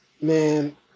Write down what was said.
man